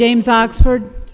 james oxford